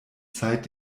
zeit